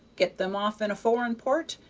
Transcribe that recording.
get them off in a foreign port,